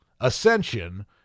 Ascension